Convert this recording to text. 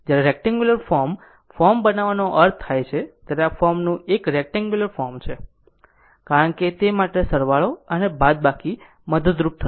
જ્યારે rectangular form form બનાવવાનો અર્થ થાય છે ત્યારે આ ફોર્મનું એક રેક્ટેન્ગ્યુલર ફોર્મ છે કારણ કે તે માટે સરવાળો અને બાદબાકી મદદરૂપ થશે